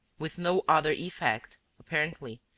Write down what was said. with no other effect, apparently,